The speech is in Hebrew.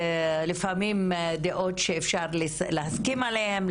לפעמים דעות שאפשר להסכים עליהם,